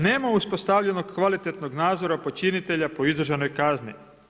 Nema uspostavljenog kvalitetnog nadzora počinitelja po izdržanoj kazni.